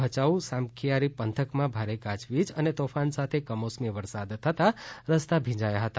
ભયાઉ સામખિયારી પંથકમાં ભારે ગાજવીજ અને તોફાન સાથે કમોસમી વરસાદ થતા રસ્તા ભીંજાયા હતા